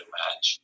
match